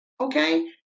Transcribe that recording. Okay